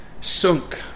sunk